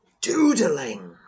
doodling